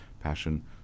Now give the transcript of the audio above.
passion